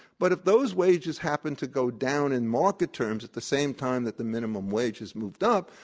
but if those wages happen to go down in market terms at the same time that the minimum wage is moved up,